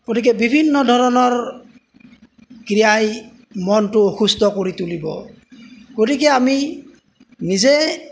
গতিকে বিভিন্ন ধৰণৰ ক্ৰিয়াই মনটো সুস্থ কৰি তুলিব গতিকে আমি নিজে